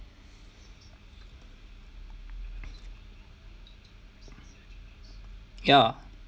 ya